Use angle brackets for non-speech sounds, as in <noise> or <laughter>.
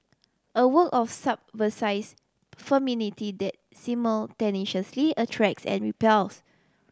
a work of <unintelligible> femininity that simultaneously attracts and repels